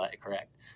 correct